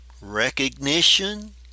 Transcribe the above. recognition